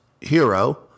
hero